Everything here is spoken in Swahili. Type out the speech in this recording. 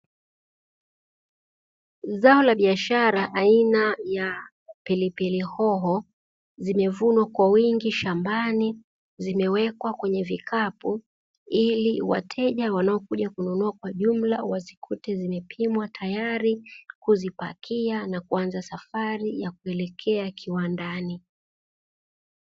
Zao la biashara aina ya pilipili hoho zimevunwa kwa wingi shambani zimewekwa kwenye vikapu, ili wateja wanaokuja kununua kwa jumla wazikute zimepimwa tayari kuzipakia na kuanza safari ya kuelekea kiwandani.